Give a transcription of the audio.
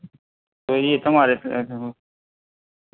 તો એ તમારે પે કરવાનું